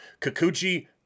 Kikuchi